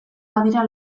badira